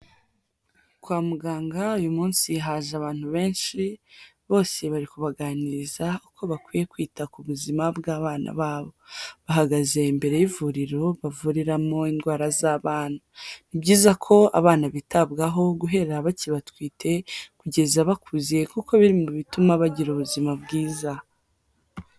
Kwa muganga uyu munsi haje abantu benshi bose bari kubaganiriza uko bakwiye kwita ku buzima bw'abana babo, bahagaze imbere y'ivuriro bavuriramo indwara z'abana, ni byiza ko abana bitabwaho guhera bakibatwite kugeza bakuze kuko biri mu bituma bagira ubuzima bwiza.